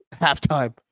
halftime